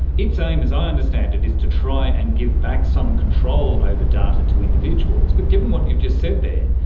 its aim, as i understand it, is to try and give back some control over data to individuals, but given what you've just said there,